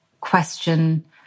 question